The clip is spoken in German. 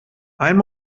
einen